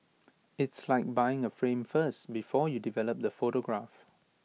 it's like buying A frame first before you develop the photograph